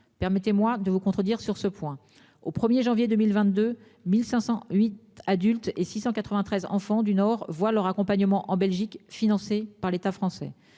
permettez-moi de vous contredire sur ce point. Au 1er janvier 2022, 1508 adultes et 693 enfants du Nord voient leur accompagnement en Belgique financé par l'État français.